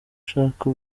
ushaka